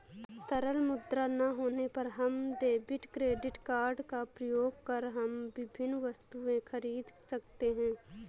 तरल मुद्रा ना होने पर हम डेबिट क्रेडिट कार्ड का प्रयोग कर हम विभिन्न वस्तुएँ खरीद सकते हैं